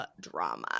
drama